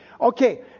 Okay